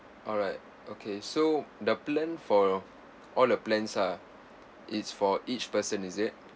alright okay so the plan for all the plans ah it's for each person is it